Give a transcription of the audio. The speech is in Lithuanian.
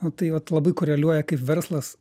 nu tai vat labai koreliuoja kaip verslas